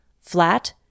flat